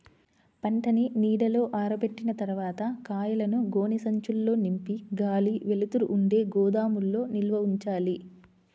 పంటని నీడలో ఆరబెట్టిన తర్వాత కాయలను గోనె సంచుల్లో నింపి గాలి, వెలుతురు ఉండే గోదాముల్లో నిల్వ ఉంచాలి